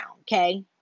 okay